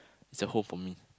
is a home for me